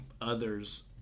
others